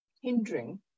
hindering